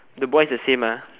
the boy is the same ah